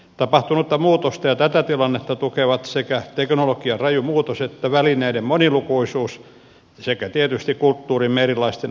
tapahtunutta muutosta ja tätä tilannetta tukevat sekä teknologian raju muutos että välineiden monilukuisuus sekä tietysti kulttuurimme erilaisten ajattelutapojen lukuisuus